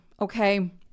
okay